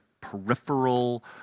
peripheral